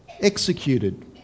executed